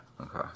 Okay